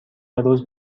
روز